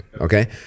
Okay